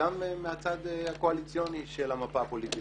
גם מהצד הקואליציוני של המפה הפוליטית.